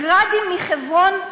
"גראדים" מחברון?